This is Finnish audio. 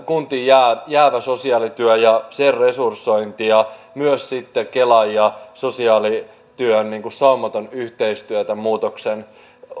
kuntiin jäävä sosiaalityö ja sen resursointi ja myös sitten kelan ja sosiaalityön saumaton yhteistyö tämän muutoksen